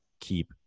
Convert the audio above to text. keep